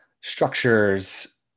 structures